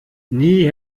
nie